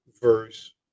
verse